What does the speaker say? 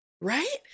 right